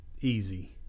easy